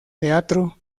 teatro